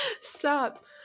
stop